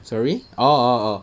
sorry oh